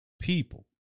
people